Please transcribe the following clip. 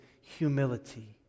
humility